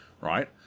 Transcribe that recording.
right